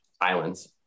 islands